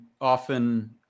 often